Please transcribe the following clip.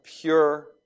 pure